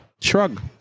shrug